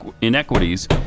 inequities